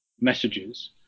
messages